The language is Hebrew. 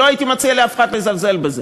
לא הייתי מציע לאף אחד לזלזל בזה.